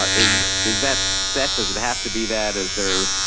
ah is is that set, does it have to be that? is there,